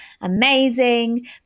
amazing